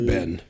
Ben